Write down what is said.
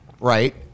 right